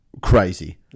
crazy